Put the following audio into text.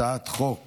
הצעת חוק